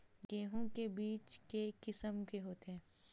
गेहूं के बीज के किसम के होथे?